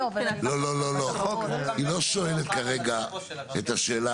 לא, לא, היא לא שואלת כרגע את השאלה,